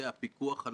בנושא התחרות,